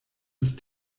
ist